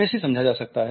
कैसे समझा जा सकता है